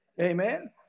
Amen